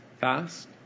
fast